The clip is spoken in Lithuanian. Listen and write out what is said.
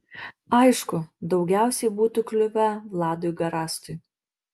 aišku daugiausiai būtų kliuvę vladui garastui